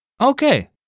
Okay